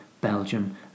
Belgium